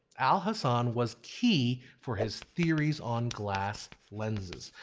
alhazen was key for his theories on glass lenses.